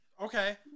Okay